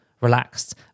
relaxed